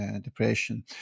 Depression